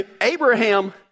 Abraham